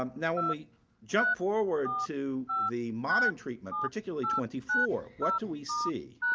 um now when we jump forward to the modern treatment particularly twenty four what do we see?